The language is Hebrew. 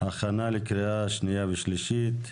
הכנה לקריאה שנייה ושלישית.